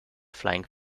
flying